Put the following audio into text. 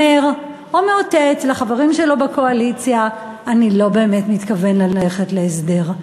אומר או מאותת לחברים שלו בקואליציה: אני לא באמת מתכוון ללכת להסדר.